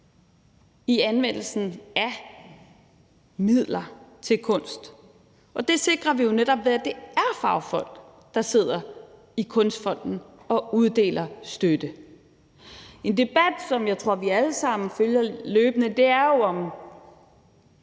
i anvendelsen af midler til kunst, og det sikrer vi jo netop ved, at det er fagfolk, der sidder i Kunstfonden og uddeler støtte. En debat, som jeg tror vi alle sammen følger løbende, er jo, om